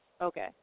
Okay